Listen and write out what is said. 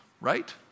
right